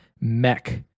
mech